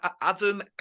adam